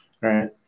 right